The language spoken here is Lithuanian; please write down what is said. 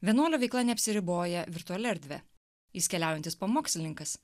vienuolio veikla neapsiriboja virtualia erdve jis keliaujantis pamokslininkas